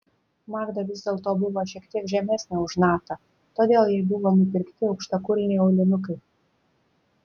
magda vis dėlto buvo šiek tiek žemesnė už natą todėl jai buvo nupirkti aukštakulniai aulinukai